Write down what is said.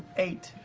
eight,